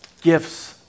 gifts